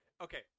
Okay